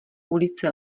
ulici